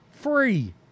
free